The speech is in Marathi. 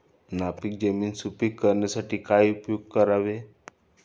नापीक जमीन सुपीक करण्यासाठी काय उपयोग करावे?